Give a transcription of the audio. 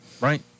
Right